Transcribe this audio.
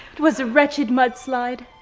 it was a retched mud slide.